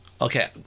okay